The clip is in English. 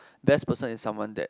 best person is someone that